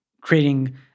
creating